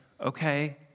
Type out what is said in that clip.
okay